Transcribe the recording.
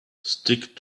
stick